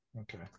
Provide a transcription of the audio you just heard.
Okay